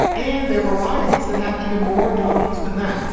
and they're varieties that have even more tones than that.